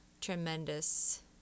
tremendous